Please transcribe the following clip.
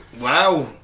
Wow